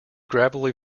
gravelly